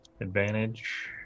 Advantage